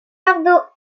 dernière